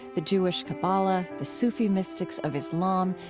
the jewish kabbalah, the sufi mystics of islam,